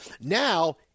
Now